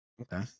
Okay